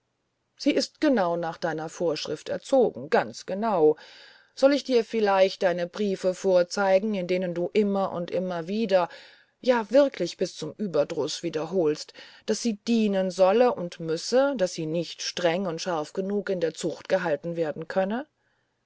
sie ist genau nach deiner vorschrift erzogen ganz genau soll ich dir vielleicht deine briefe vorzeigen in denen du immer und immer wieder ja wirklich bis zum ueberdruß wiederholst daß sie dienen solle und müsse daß sie nicht streng und scharf genug in der zucht gehalten werden könne